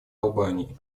албании